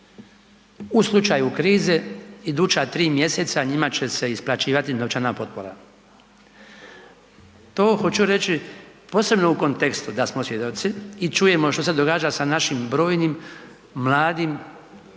u slučaju krize, iduća 3 mj. njima će se isplaćivati novčana potpora. To hoću reći posebno u kontekstu da smo svjedoci i čujemo što se događa sa našim brojnim mladima